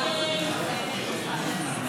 הסתייגות 60 לא נתקבלה.